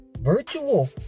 virtual